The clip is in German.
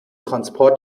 transport